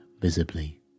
visibly